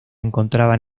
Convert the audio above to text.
encontraban